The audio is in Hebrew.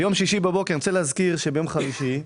ביום חמישי הושבענו,